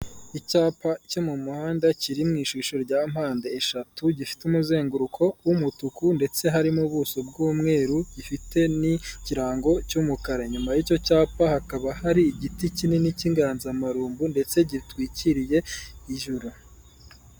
Icyapa cyo mu muhanda kiri mu ishusho rya mpande eshatu gifite umuzenguruko w'umutuku ndetse harimo ubuso bw'umweru gifite n'ikirango cy'umukara nyuma y'icyo cyapa hakaba hari igiti kinini cy'inganzamarumbu ndetse gitwikiriye.